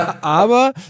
aber